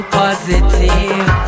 positive